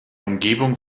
umgebung